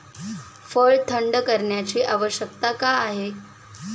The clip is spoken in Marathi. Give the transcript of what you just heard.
फळ थंड करण्याची आवश्यकता का आहे?